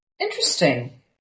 Interesting